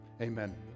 Amen